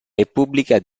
repubblica